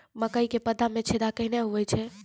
मकई के पत्ता मे छेदा कहना हु छ?